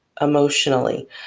emotionally